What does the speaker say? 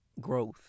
growth